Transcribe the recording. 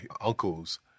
uncle's